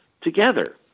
together